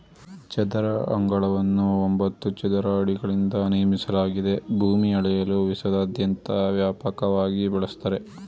ಚದರ ಅಂಗಳವನ್ನು ಒಂಬತ್ತು ಚದರ ಅಡಿಗಳಿಂದ ನಿರ್ಮಿಸಲಾಗಿದೆ ಭೂಮಿ ಅಳೆಯಲು ವಿಶ್ವದಾದ್ಯಂತ ವ್ಯಾಪಕವಾಗಿ ಬಳಸ್ತರೆ